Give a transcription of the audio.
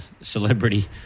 celebrity